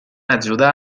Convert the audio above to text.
ajuda